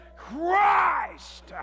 Christ